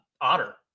otter